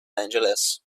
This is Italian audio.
angeles